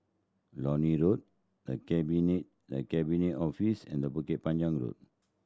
Lornie Road The Cabinet The Cabinet Office and Bukit Panjang Road